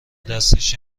دستش